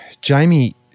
Jamie